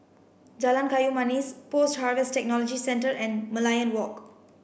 Jalan Kayu Manis Post Harvest Technology Centre and Merlion Walk